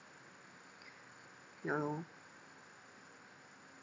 no